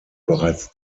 bereits